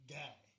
guy